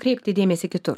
kreipti dėmesį kitur